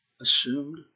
assumed